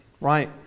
right